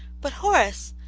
but, horace,